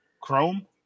Chrome